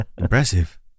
impressive